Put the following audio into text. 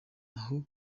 aho